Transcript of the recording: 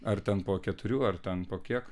ar ten po keturių ar ten po kiek